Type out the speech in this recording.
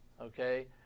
okay